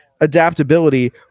adaptability